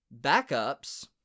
backups